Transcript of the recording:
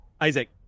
Isaac